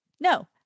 No